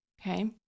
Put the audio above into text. Okay